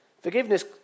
Forgiveness